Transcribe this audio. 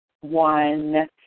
one